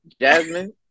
Jasmine